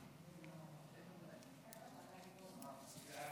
המשפטים, רבותיי חברי הכנסת, סגן